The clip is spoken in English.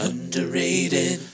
Underrated